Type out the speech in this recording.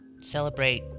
Celebrate